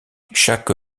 chaque